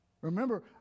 Remember